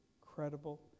credible